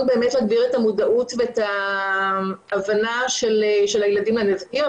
להגביר את המודעות ואת ההבנה של הילדים הצעירים.